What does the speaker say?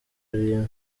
ariyo